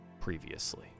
previously